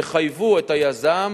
יחייבו את היזם.